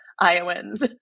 Iowans